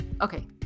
okay